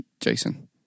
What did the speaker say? Jason